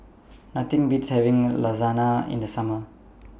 Nothing Beats having Lasagna in The Summer